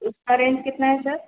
उसका रेंज कितना है सर